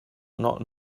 not